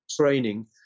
training